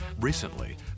Recently